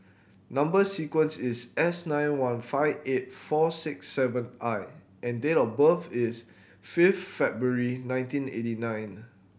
number sequence is S nine one five eight four six seven I and date of birth is fifth February nineteen eighty nine